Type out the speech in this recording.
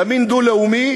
ימין דו-לאומי,